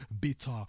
bitter